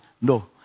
no